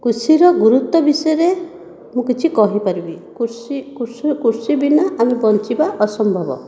କୃଷିର ଗୁରୁତ୍ୱ ବିଷୟରେ ମୁଁ କିଛି କହିପାରିବି କୃଷି କୃଷି କୃଷି ବିନା ଆମେ ବଞ୍ଚିବା ଅସମ୍ଭବ